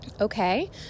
okay